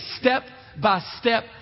step-by-step